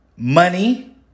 money